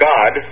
God